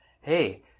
Hey